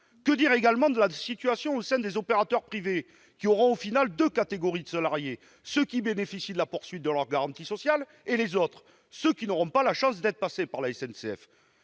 Que dire également de la situation au sein des opérateurs privés, qui compteront en définitive deux catégories de salariés : ceux qui bénéficient du maintien de leurs garanties sociales et les autres, ceux qui n'auront pas eu la chance d'être passés par la SNCF